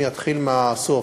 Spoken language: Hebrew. אני אתחיל מהסוף: